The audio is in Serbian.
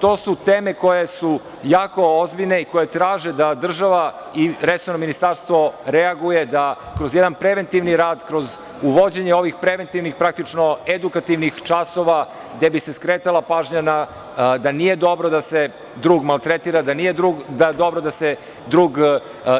To su teme koje su jako ozbiljne i koje traže da država i Resorno ministarstvo reaguje, da kroz jedan preventivni rad, u vođenju ovih preventivnih, praktično, edukativnih časova, gde bi se skretala pažnja da nije dobro da se drug maltretira, da nije dobro da se drug